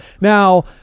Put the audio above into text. Now